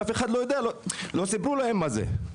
לא סיפרו להם מה זה.